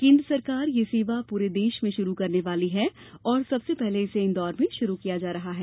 केन्द्र सरकार यह सेवा पूरे देश में शुरू करने वाली है और सबसे पहले इसे इंदौर में शुरू किया जा रहा है